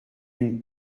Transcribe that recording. une